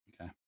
Okay